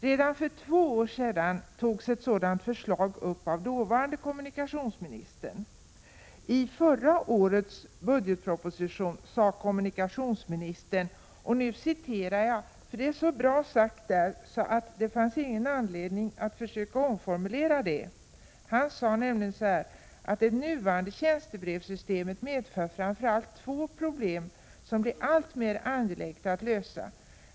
Redan för två år sedan togs ett sådant förslag upp av dåvarande kommunikationsministern. I förra årets budgetproposition sade kommunikationsministern, och nu skall jag citera, för det är så bra sagt att det inte finns någon anledning att försöka omformulera det. Kommunikationsministern sade så här om tjänstebrevssystemet: ”Det nuvarande systemet medför framför allt två problem som det blir alltmer angeläget att lösa.